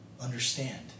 understand